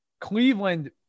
Cleveland